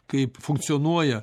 kaip funkcionuoja